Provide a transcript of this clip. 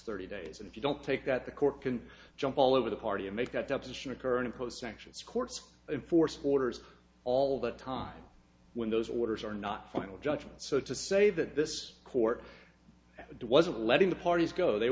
thirty days and if you don't take that the court can jump all over the party and make that deposition occur and impose sanctions courts and for supporters all the time when those orders are not final judgement so to say that this court wasn't letting the parties go they